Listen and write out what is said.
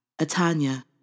Atanya